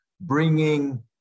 bringing